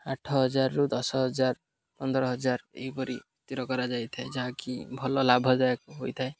ଆଠ ହଜାରରୁ ଦଶ ହଜାର ପନ୍ଦର ହଜାର ଏହିପରି ସ୍ଥିର କରାଯାଇଥାଏ ଯାହାକି ଭଲ ଲାଭଦାୟକ ହୋଇଥାଏ